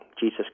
jesus